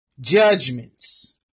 judgments